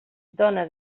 dona